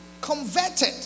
converted